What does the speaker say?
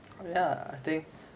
ya I think